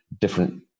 different